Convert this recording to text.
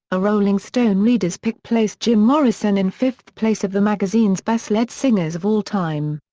a rolling stone readers' pick placed jim morrison in fifth place of the magazine's best lead singers of all time.